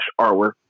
artwork